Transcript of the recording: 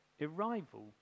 arrival